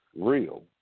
real